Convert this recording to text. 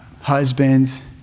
Husbands